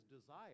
desire